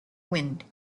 wind